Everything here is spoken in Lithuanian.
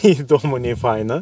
nei įdomu nei faina